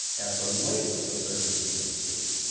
at the latest the third cmc,